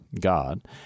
God